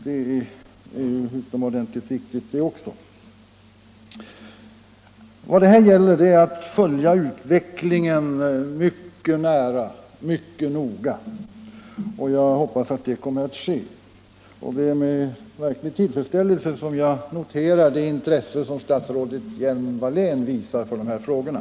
Det är ju också utomordentligt viktigt. Vad det här gäller är att följa utvecklingen mycket nära och mycket noga. Jag hoppas att detta kommer att ske, och det är med verklig tillfredsställelse som jag noterar det intresse som statsrådet Hjelm-Wallén visar för de här frågorna.